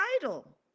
title